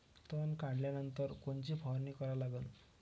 तन काढल्यानंतर कोनची फवारणी करा लागन?